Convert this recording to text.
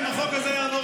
אם החוק הזה יעבור,